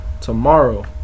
tomorrow